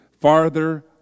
Farther